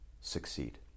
succeed